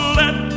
let